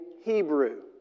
Hebrew